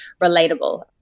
relatable